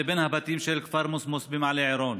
לבין הבתים של כפר מוסמוס במעלה עירון,